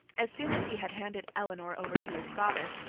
as soon as he had handed eleanor over to his father,